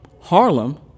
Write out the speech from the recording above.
Harlem